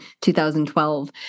2012